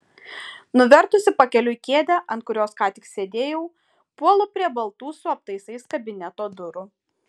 nuvertusi pakeliui kėdę ant kurios ką tik sėdėjau puolu prie baltų su aptaisais kabineto durų